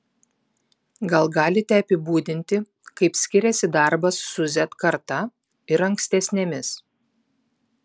gal galite apibūdinti kaip skiriasi darbas su z karta ir ankstesnėmis